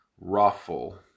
Ruffle